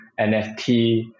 NFT